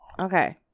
Okay